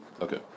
Okay